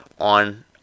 on